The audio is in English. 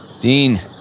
Dean